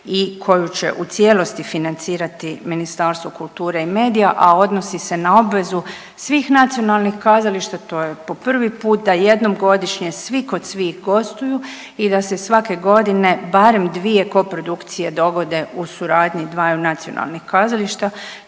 i koju će u cijelosti financirati Ministarstvo kulture i medija, a odnosi se na obvezu svih nacionalnih kazališta. To je po prvi puta da jednom godišnje svi kod svih gostuju i da se svake godine barem dvije koprodukcije dovode u suradnji dvaju nacionalnih kazališta